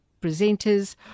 presenters